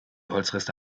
holzreste